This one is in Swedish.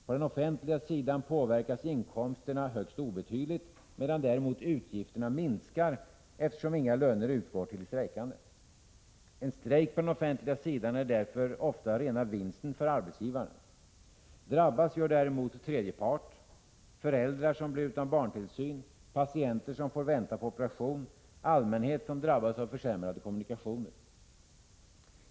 På den offentliga sidan påverkas inkomsterna högst obetydligt, medan däremot utgifterna minskar eftersom inga löner utgår till de strejkande. En strejk på den offentliga sidan är därför ofta rena vinsten för arbetsgivaren. Drabbas gör däremot tredje part: föräldrar som blir utan barntillsyn, patienter som får vänta på operation, allmänhet som drabbas av försämrade kommunikationer.